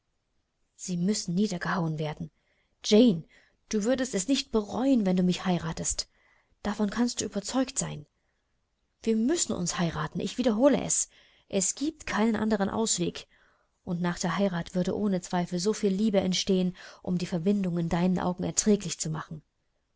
sie müssen niedergehauen werden jane du würdest es nicht bereuen wenn du mich heiratetest davon kannst du überzeugt sein wir müssen uns heiraten ich wiederhole es es giebt keinen anderen ausweg und nach der heirat würde ohne zweifel soviel liebe entstehen um die verbindung in deinen augen erträglich zu machen